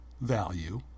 value